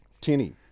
tinny